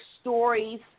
stories